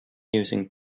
using